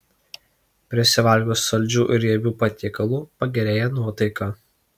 prisivalgius saldžių ir riebių patiekalų pagerėja nuotaika